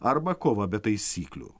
arba kova be taisyklių